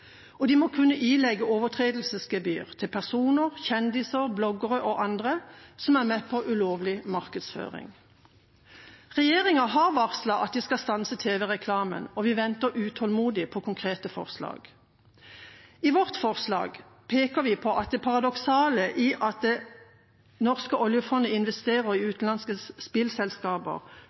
og de må kunne ilegge overtredelsesgebyr til personer – kjendiser, bloggere og andre – som er med på ulovlig markedsføring. Regjeringa har varslet at de skal stanse tv-reklamen, og vi venter utålmodig på konkrete forslag. I vårt forslag peker vi på det paradoksale i at det norske oljefondet investerer i utenlandske spillselskaper